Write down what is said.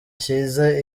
cyiza